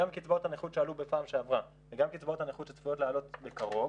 גם קצבאות הנכות שעלו בפעם שעברה וגם קצבאות הנכות שצפויות לעלות בקרוב